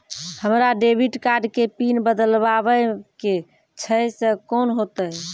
हमरा debit card के PIN बदलबावै के छैं से कौन होतै?